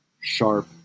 sharp